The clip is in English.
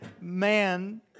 man